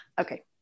Okay